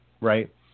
Right